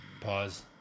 pause